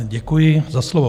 Děkuji za slovo.